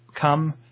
come